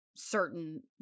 certain